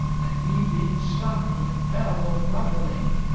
and he being stunned, fell grovelling.